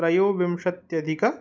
त्रयोविंशत्यधिक